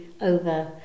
over